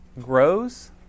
grows